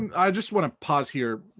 and i just wanna pause here,